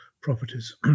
properties